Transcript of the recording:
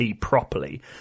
properly